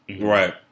Right